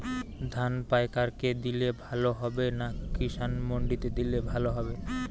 ধান পাইকার কে দিলে ভালো হবে না কিষান মন্ডিতে দিলে ভালো হবে?